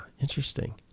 Interesting